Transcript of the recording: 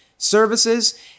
services